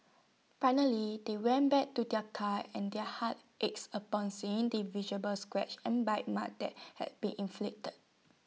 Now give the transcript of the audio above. finally they went back to their car and their hearts ached upon seeing the visible scratches and bite marks that had been inflicted